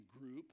group